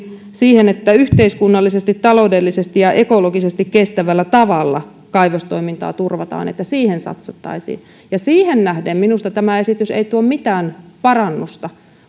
siihen että yhteiskunnallisesti taloudellisesti ja ekologisesti kestävällä tavalla kaivostoimintaa turvataan että siihen satsattaisiin ja siihen nähden minusta tämä esitys ei tuo mitään parannusta